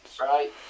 Right